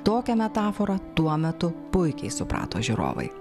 tokią metaforą tuo metu puikiai suprato žiūrovai